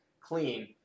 clean